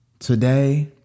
Today